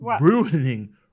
ruining